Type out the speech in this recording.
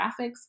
graphics